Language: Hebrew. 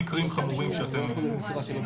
הרבה יותר קשה לעשות את זה באופן מדוד ומאוזן.